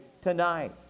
tonight